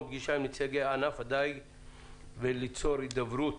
פגישה עם נציגי ענף הדייג וליצור הידברות